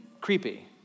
creepy